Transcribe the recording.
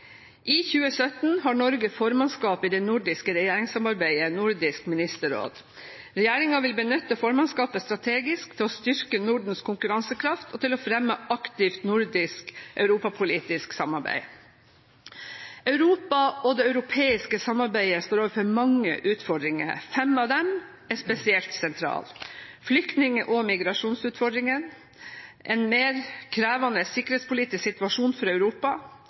I 2017 har Norge formannskapet i det nordiske regjeringssamarbeidet, Nordisk ministerråd. Regjeringen vil benytte formannskapet strategisk til å styrke Nordens konkurransekraft og til å fremme aktivt nordisk europapolitisk samarbeid. Europa og det europeiske samarbeidet står overfor mange utfordringer. Fem av dem er spesielt sentrale: flyktning- og migrasjonsutfordringene en mer krevende sikkerhetspolitisk situasjon for Europa